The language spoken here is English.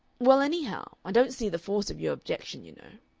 well anyhow i don't see the force of your objection, you know.